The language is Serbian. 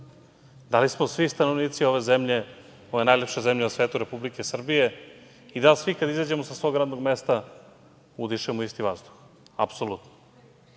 Da li smo svi stanovnici ove zemlje, ove najlepše zemlje na svetu, Republike Srbije? Da li svi kada izađemo sa svog radnog mesta udišemo isti vazduh? Apsolutno. Ali,